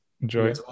Enjoy